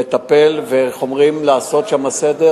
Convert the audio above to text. לטפל ולעשות שם סדר.